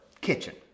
kitchen